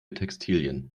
textilien